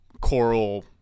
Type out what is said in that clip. coral